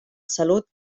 salut